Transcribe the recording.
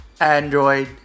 Android